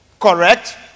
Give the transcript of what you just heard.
correct